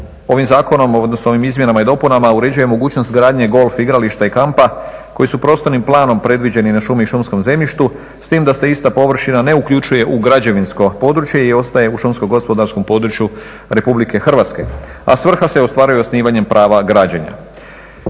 Također se ovim izmjenama i dopunama uređuje mogućnost gradnje golf igrališta i kampa koji su prostornim planom predviđeni na šumi i šumskom zemljištu s tim da se ista površina ne uključuje u građevinsko područje i ostaje u šumskogospodarskom području RH, a svrha se ostvaruje osnivanjem prava građenja.